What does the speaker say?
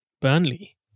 Burnley